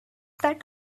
that